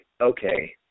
okay